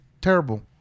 terrible